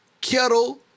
kettle